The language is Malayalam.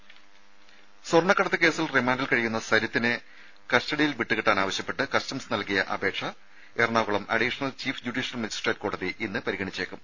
ദരദ സ്വർണ്ണക്കടത്ത് കേസിൽ റിമാൻഡിൽ കഴിയുന്ന സരിത്തിനെ കസ്റ്റഡിയിൽ വിട്ടുകിട്ടാൻ ആവശ്യപ്പെട്ട് കസ്റ്റംസ് നൽകിയ അപേക്ഷ Ernakulam additional chief judicial magistrate കോടതി ഇന്ന് പരിഗണിച്ചേക്കും